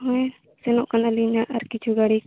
ᱥᱮᱱᱚᱜ ᱠᱟᱱᱟᱞᱤᱧ ᱦᱟᱸᱜ ᱟᱨ ᱠᱤᱪᱷᱩ ᱜᱷᱟᱹᱲᱤᱡ